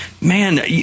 man